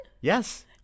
Yes